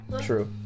True